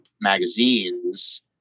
magazines